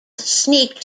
sneaked